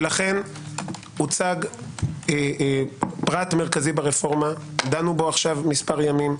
לכן הוצג פרט מרכזי ברפורמה שדנו בו עכשיו כמה ימים.